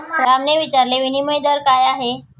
रामने विचारले, विनिमय दर काय आहे?